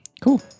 Cool